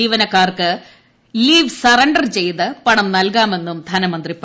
ജീവനക്കാർക്ക് leave surrender ചെയ്ത് പണം നൽകാമെന്നും ധനമന്ത്രി പറഞ്ഞു